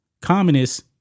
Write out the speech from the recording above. communists